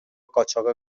قاچاق